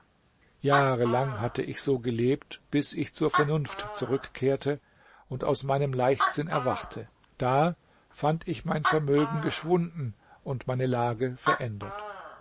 jahre lang hatte ich so gelebt bis ich zur vernunft zurückkehrte und aus meinem leichtsinn erwachte da fand ich mein vermögen geschwunden und meine lage verändert